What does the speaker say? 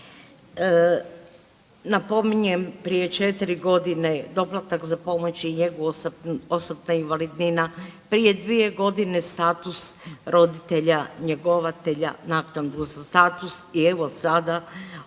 Napominjem prije 4 godine doplatak za pomoć i njegu osobna invalidnina, prije 2 godine status roditelja njegovatelja naknadu za status i evo sada